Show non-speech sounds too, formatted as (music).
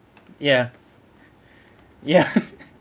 ya (breath) ya (laughs)